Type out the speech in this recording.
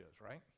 right